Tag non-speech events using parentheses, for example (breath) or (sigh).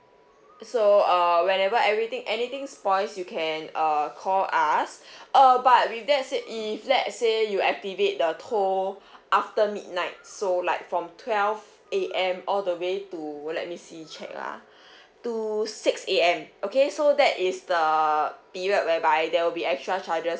so err whenever everything anything spoils you can err call us (breath) uh but with that said if let's say you activate the toll after midnight so like from twelve A_M all the way to let me see check ah to six A_M okay so that is the period whereby there will be extra charges